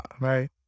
Right